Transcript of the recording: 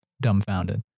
dumbfounded